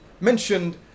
mentioned